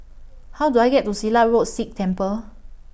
How Do I get to Silat Road Sikh Temple